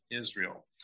Israel